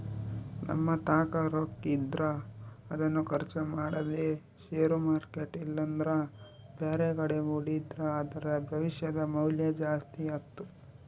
ನಮ್ಮತಾಕ ರೊಕ್ಕಿದ್ರ ಅದನ್ನು ಖರ್ಚು ಮಾಡದೆ ಷೇರು ಮಾರ್ಕೆಟ್ ಇಲ್ಲಂದ್ರ ಬ್ಯಾರೆಕಡೆ ಹೂಡಿದ್ರ ಅದರ ಭವಿಷ್ಯದ ಮೌಲ್ಯ ಜಾಸ್ತಿ ಆತ್ತು